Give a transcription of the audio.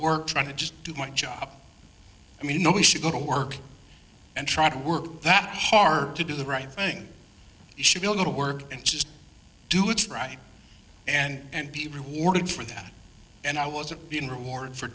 work trying to just do my job i mean nobody should go to work and try to work that hard to do the right thing should be a little work and just do it right and be rewarded for that and i wasn't being rewarded for